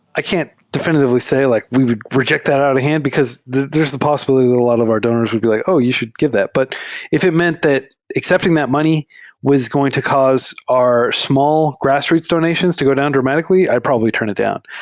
i can t definitively say like we would re ject that out of hand because there's the possibility that a lot of our donors would be like, oh! you should give that. but if it meant that accepting that money was going to cause our small grass roots donations to go down dramatically, i'd probably turn it down,